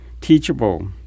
teachable